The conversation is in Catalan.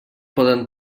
poden